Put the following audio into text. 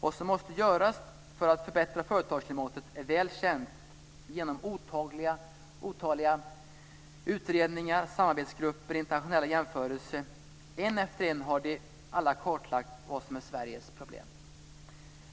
Vad som måste göras för att förbättra företagarklimatet är väl känt genom otaliga utredningar, samarbetsgrupper och internationella jämförelser. En efter en har de alla kartlagt vad som är Sveriges problem.